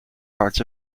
parts